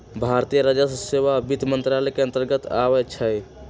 भारतीय राजस्व सेवा वित्त मंत्रालय के अंतर्गत आबइ छै